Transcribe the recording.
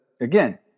again